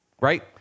Right